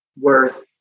worth